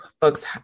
folks